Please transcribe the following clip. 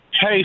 Hey